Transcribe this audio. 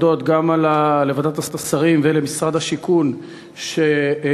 בשלב זה נתפסו כמה אלפי חזיזים אסורים וזיקוקין די-נור שלא